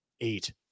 eight